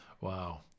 Wow